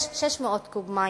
600 קוב מים,